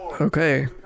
Okay